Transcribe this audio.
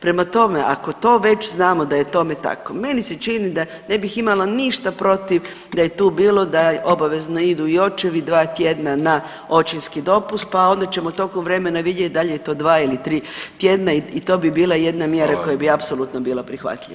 Prema tome, ako to već znamo da je tome tako, meni se čini da ne bih imala ništa protiv da je tu bilo da obavezno idu i očevi 2 tjedna na očinski dopust, pa onda ćemo tokom vremena vidjeti da li je to 2 ili 3 tjedna i to bi bila jedna mjera koja bi [[Upadica: Hvala.]] apsolutno bila prihvatljiva.